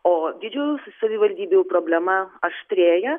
o didžiųjų savivaldybių problema aštrėja